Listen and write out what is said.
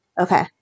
Okay